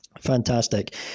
Fantastic